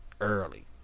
early